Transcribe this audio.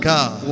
God